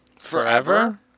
Forever